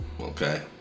okay